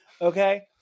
Okay